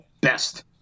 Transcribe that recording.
best